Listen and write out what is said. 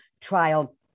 trial